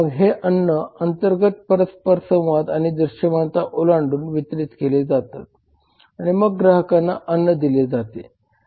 मग हे अन्न अंतर्गत परस्परसंवाद आणि दृश्यमानता ओलांडून वितरित केले जातात आणि मग ग्राहकांना अन्न दिले जाते